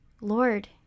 Lord